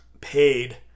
paid